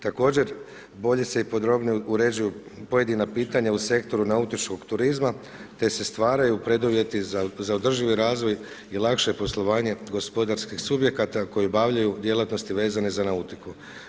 Također, bolje se i podrobnije uređuju pojedina pitanja u sektoru nautičkog turizma te se stvaraju preduvjeti za održivi razvoj i lakše poslovanje gospodarskih subjekata koji obavljaju djelatnosti vezane za nautiku.